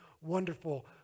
wonderful